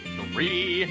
Three